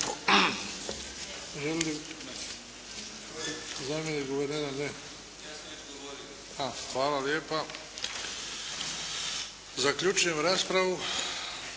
Hvala lijepa. Zaključujem raspravu.